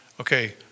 okay